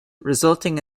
resulting